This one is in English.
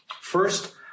First